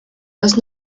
los